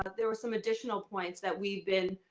but there were some additional points that we've been.